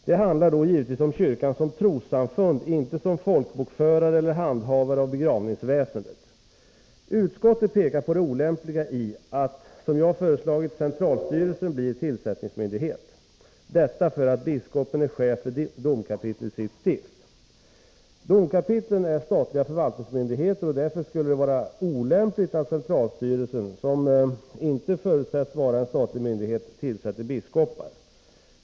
Det handlar då givetvis om kyrkan som trossamfund — inte som folkbokförare eller handhavare av begravningsväsendet. Utskottet pekar på det olämpliga i att, såsom jag föreslagit, centralstyrelsen blir tillsättningsmyndighet; detta därför att biskopen är chef för domkapitlet i sitt stift. Domkapitlen är statliga förvaltningsmyndigheter, och därför skulle det vara olämpligt att centralstyrelsen — som inte förutsätts vara en statlig myndighet — tillsätter biskopar.